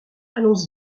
allons